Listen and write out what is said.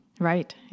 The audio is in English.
Right